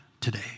today